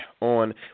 on